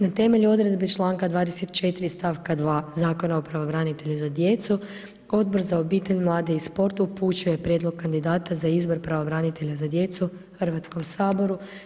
Na temelju odredbe članka 24. stavka 1. Zakona o pravobranitelju za djecu, Odbor za obitelj, mlade i sport upućuje prijedlog kandidata za izbor pravobranitelja za djecu Hrvatskom saboru.